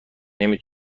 نمی